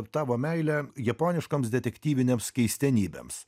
tavo meilę japoniškoms detektyvinėms keistenybėms